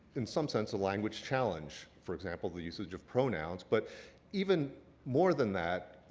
in some sense, a language challenge for example, the usage of pronouns. but even more than that,